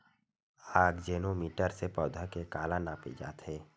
आकजेनो मीटर से पौधा के काला नापे जाथे?